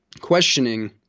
questioning